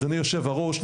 אדוני יושב-הראש,